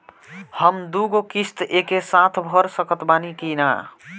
हम दु गो किश्त एके साथ भर सकत बानी की ना?